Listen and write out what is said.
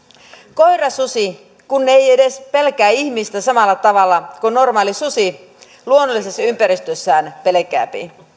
koirasusi kun ei edes pelkää ihmistä samalla tavalla kuin normaali susi luonnollisessa ympäristössään pelkää